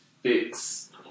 fix